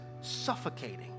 suffocating